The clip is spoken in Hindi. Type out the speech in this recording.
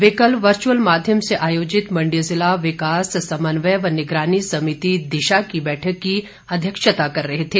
वे कल वर्चुअल माध्यम से आयोजित मंडी जिला विकास समन्वय व निगरानी समिति दिशा की बैठक की अध्यक्षता कर रहे थे